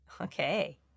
Okay